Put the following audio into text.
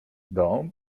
dąb